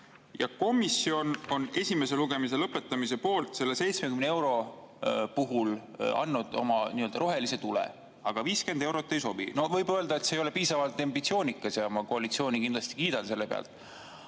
Ja komisjon on esimese lugemise lõpetamise poolt selle 70 euro puhul, andnud rohelise tule, aga 50 eurot ei sobi. Võib ehk öelda, et see ei ole piisavalt ambitsioonikas ja ma koalitsiooni kindlasti kiidan selle eest,